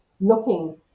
looking